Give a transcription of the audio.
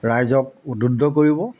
ৰাইজক উদ্বুদ্ধ কৰিব